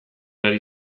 ari